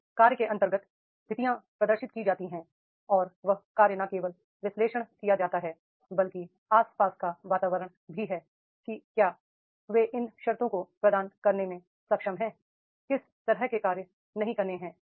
किस कार्य के अंतर्गत स्थितियाँ प्रदर्शित की जाती हैं और वह कार्य न केवल विश्लेषण किया जाता है बल्कि आस पास का वातावरण भी है कि क्या वे इन शर्तों को प्रदान करने में सक्षम हैं किस तरह के कार्य नहीं करने हैं